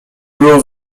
było